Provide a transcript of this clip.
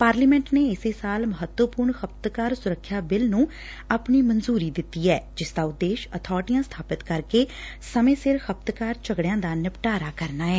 parliament ਨੇ ਇਸੈ ਸਾਲ ਮਹੱਤਵਪੁਰਨ ਖਪਤਕਾਰ ਸੁਰੱਖਿਆ ਬਿਲ ਨੰ ਆਪਣੀ ਮਨਜੁਰੀ ਦਿੱਤੀ ਐ ਜਿਸਦਾ ਉਦੇਸ਼ ਅਬਾਰਟੀਆਂ ਸਬਾਪਿਤ ਕਰਕੇ ਸਮੇਂ ਸਿਰ ਖਪਤਕਾਰ ਝਗੜਿਆਂ ਦਾ ਨਿਪਟਾਰਾ ਕਰਨਾ ਏ